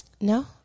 No